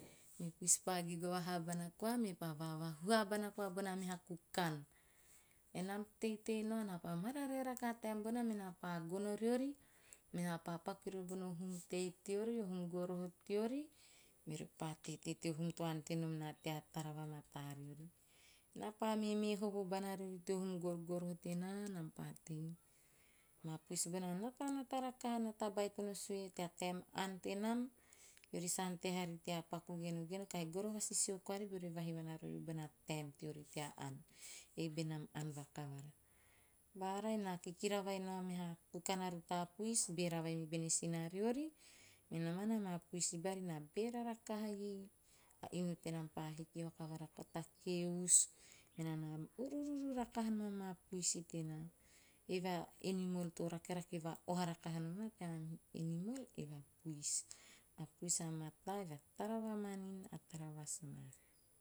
Me puis pa gigo vahaa bana koa mepa vahuhu vahaa bana koa bona meha kukan. Enam teitei nao naa pa mararae rakaha, taem bona mena pa gono riori, menaa pa paku kiriori bono hum tei teori, hum goroho teori, meori pa teitei teo hum to ante nom naa tea tara va mataa riori. Na pa meemee hovo bana riori teo hum gorgoroh tenaa, nam patei. Maa puis bona a natanata rakaha, nata baitono sue, tea taem ann tenam, eori sa ante haari tea paku binbin, kahi goroho vasisio koari beori i huana rori bona taem teori tea ann, ei be nam ann vaka vara. Baara naa kikira vai enao kikira vai nao a meha kukan a rutaa puis, beera vai mi bene sina riori, me nomanai ama puisi bari na beera rakaha iei. A inu tenam pa hiki vakavara koa ta keusu. Menaa na ur`ururu rakaha nom amaa puis tenaa. Eve a animal to rakerake va oha nom naa tea maa meha animal, e puis. E puis a mataa, eve a tara va manin bara tara va "smat".